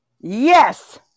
yes